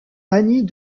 annie